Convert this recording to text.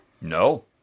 No